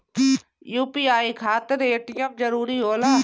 UPI खातिर ATM जरूरी होला?